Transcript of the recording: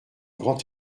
grand